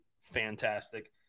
fantastic